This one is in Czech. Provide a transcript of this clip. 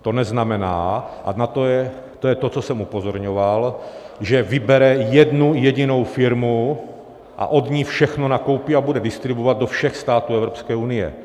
To neznamená, a to je to, na co jsem upozorňoval, že vybere jednu jedinou firmu a od ní všechno nakoupí a bude distribuovat do všech států Evropské unie.